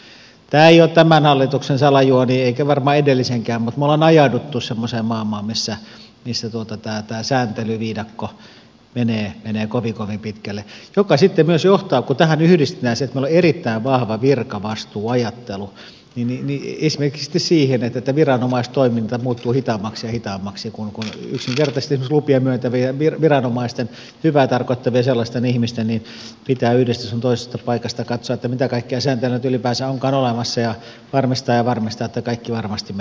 tämä ei ole tämän hallituksen salajuoni eikä varmaan edellisenkään mutta me olemme ajautuneet sellaiseen maailmaan jossa tämä sääntelyviidakko menee kovin kovin pitkälle mikä sitten myös johtaa kun tähän yhdistetään se että meillä on erittäin vahva virkavastuuajattelu esimerkiksi siihen että viranomaistoiminta muuttuu hitaammaksi ja hitaammaksi kun yksinkertaisesti esimerkiksi lupia myöntävien viranomaisten hyvää tarkoittavien sellaisten ihmisten pitää yhdestä sun toisesta paikasta katsoa mitä kaikkia sääntöjä nyt ylipäänsä onkaan olemassa ja varmistaa ja varmistaa että kaikki varmasti menee oikein